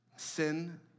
Sin